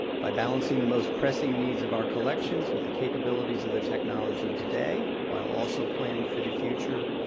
by balancing the most pressing needs of our collections with the capabilities of the technology today, while also planning for the future,